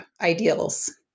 ideals